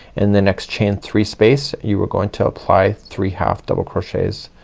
in the next chain three space you are going to apply three half double crochets.